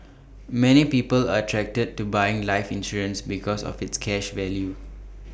many people are attracted to buying life insurance because of its cash value